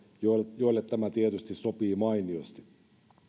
joille joille tämä tietysti sopii mainiosti